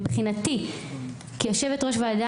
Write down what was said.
מבחינתי כיושבת-ראש ועדה,